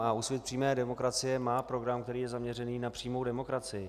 A Úsvit přímé demokracie má program, který je zaměřený na přímou demokracii.